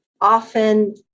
often